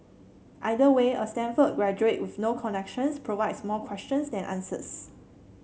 either way a Stanford graduate with no connections provides more questions than answers